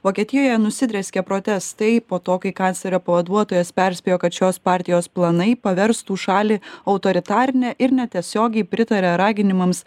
vokietijoje nusidrieskė protestai po to kai kanclerio pavaduotojas perspėjo kad šios partijos planai paverstų šalį autoritarine ir netiesiogiai pritaria raginimams